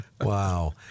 Wow